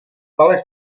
ale